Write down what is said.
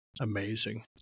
amazing